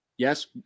Yes